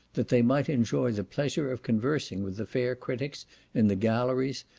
that they might enjoy the pleasure of conversing with the fair critics in the galleries,